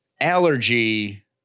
allergy